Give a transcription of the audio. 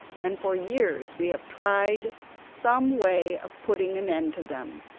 and for years we have tried some way of putting an end to them,